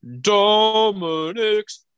Dominic's